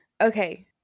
Okay